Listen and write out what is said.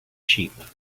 sheep